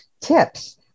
tips